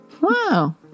Wow